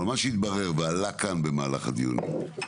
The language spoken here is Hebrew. אבל מה שהתברר ועלה כאן במהלך הדיונים,